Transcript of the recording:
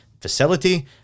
facility